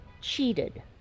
cheated